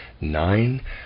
nine